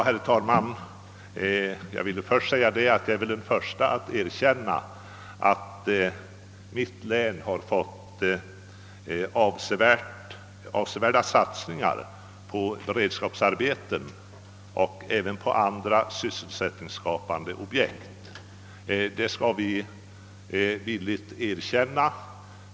Herr talman! Jag är den förste att erkänna att mitt län blivit föremål för avsevärda satsningar på beredskapsarbeten och även andra sysselsättningsskapande objekt.